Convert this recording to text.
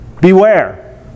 Beware